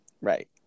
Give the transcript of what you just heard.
right